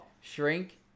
Shrink